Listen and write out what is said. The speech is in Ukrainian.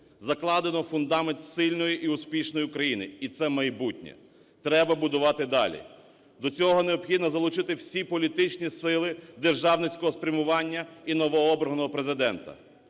Закладено фундамент сильної і успішної України. І це майбутнє. Треба будувати далі. До цього необхідно залучити всі політичні сили державницького спрямування і новообраного Президента.